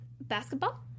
Basketball